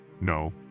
No